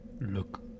Look